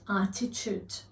attitude